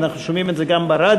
ואנחנו שומעים את זה גם ברדיו,